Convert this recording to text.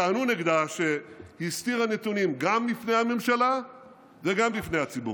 טענו נגדה שהיא הסתירה נתונים גם מפני הממשלה וגם מפני הציבור.